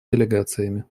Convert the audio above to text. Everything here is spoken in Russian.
делегациями